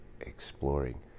exploring